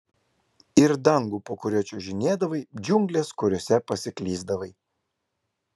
ir dangų po kuriuo čiuožinėdavai džiungles kuriose pasiklysdavai